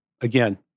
again